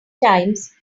times